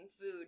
food